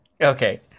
Okay